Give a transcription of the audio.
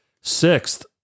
Sixth